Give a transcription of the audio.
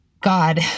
God